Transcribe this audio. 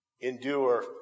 endure